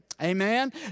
amen